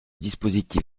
dispositif